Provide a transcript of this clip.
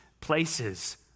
places